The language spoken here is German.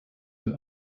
ein